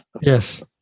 yes